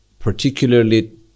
particularly